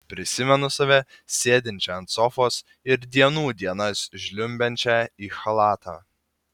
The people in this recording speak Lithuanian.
prisimenu save sėdinčią ant sofos ir dienų dienas žliumbiančią į chalatą